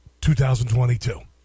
2022